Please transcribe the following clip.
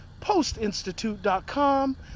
postinstitute.com